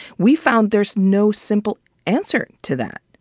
we found there is no simple answer to that.